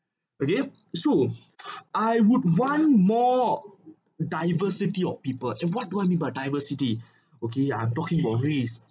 okay so I would want more diversity of people and what do I mean by diversity okay I'm talking about he's